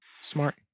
smart